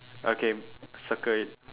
okay circle it